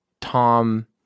Tom